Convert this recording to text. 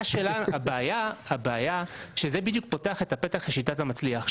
הבעיה שזה בדיוק פותח את הפתח לשיטת המצליח,